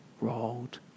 rolled